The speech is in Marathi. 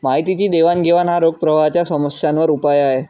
माहितीची देवाणघेवाण हा रोख प्रवाहाच्या समस्यांवर उपाय आहे